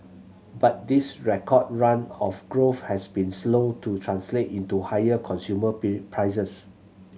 but this record run of growth has been slow to translate into higher consumer prices